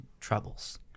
troubles